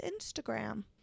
Instagram